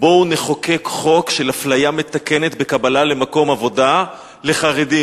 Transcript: בואו נחוקק חוק של אפליה מתקנת בקבלה למקום עבודה לחרדים.